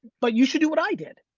but, you should do what i did.